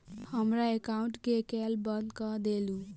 हमरा एकाउंट केँ केल बंद कऽ देलु?